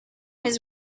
his